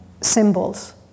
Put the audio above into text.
symbols